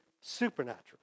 supernatural